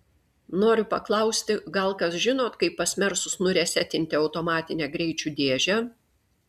noriu paklausti gal kas žinot kaip pas mersus nuresetinti automatinę greičių dėžę